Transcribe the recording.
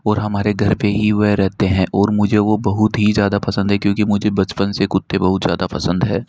और हमारे घर पर ही वह रहते हैं और मुझे वह बहुत ही ज़्यादा पसंद है क्योंकि मुझे बचपन से कुत्ते बहुत ज़्यादा पसंद है